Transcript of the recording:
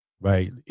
right